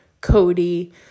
Cody